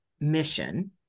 mission